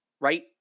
right